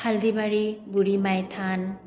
হালদিবাৰী বুঢ়ি মাই থান